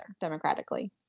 democratically